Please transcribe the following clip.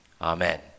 Amen